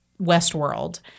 Westworld